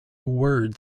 word